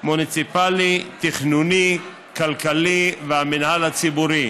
מוניציפלי, תכנוני, כלכלי והמינהל הציבורי.